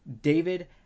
David